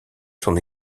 son